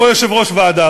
או יושב-ראש ועדה,